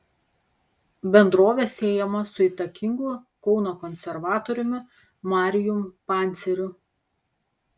bendrovė siejama su įtakingu kauno konservatoriumi marijum panceriu